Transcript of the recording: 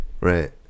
Right